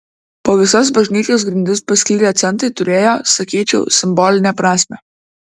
po visas bažnyčios grindis pasklidę centai turėjo sakyčiau simbolinę prasmę